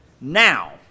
now